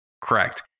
correct